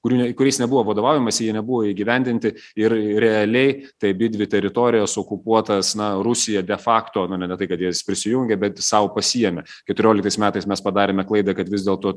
kus kuriais nebuvo vadovaujamasi jie nebuvo įgyvendinti ir realiai tai abidvi dvi teritorijas okupuotas na rusija de fakto na ne ne tai kad jas prisijungė bet sau pasiėmė keturioliktais metais mes padarėme klaidą kad vis dėlto